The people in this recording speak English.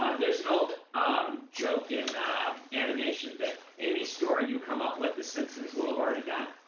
there's an old um joke in animation that any story you come up with the simpsons will have already done.